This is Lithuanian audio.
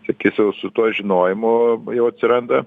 tai tiesiog su tuo žinojimu jau atsiranda